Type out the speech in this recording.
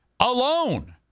alone